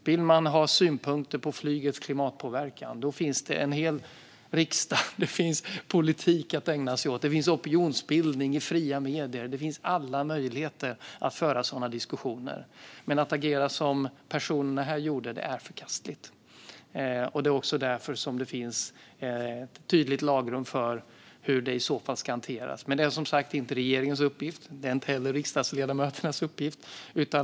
Vill man ha synpunkter på flygets klimatpåverkan finns det en hel riksdag. Det finns politik att ägna sig åt. Det finns opinionsbildning i fria medier. Det finns alla möjligheter att föra sådana diskussioner. Men att agera som personerna här gjorde är förkastligt. Det är också därför det finns ett tydligt lagrum för hur det i så fall ska hanteras. Men det är som sagt inte regeringens uppgift. Det är inte heller riksdagsledamöternas uppgift.